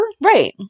right